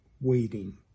Waiting